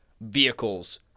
vehicles